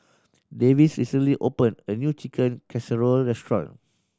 Davis recently opened a new Chicken Casserole restaurant